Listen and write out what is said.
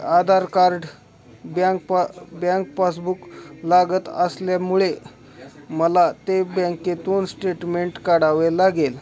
आधार card bank पा bank passbook लागत असल्यामुळे मला ते ब्यँकेतून श्टेटमेंट काढावे लागेल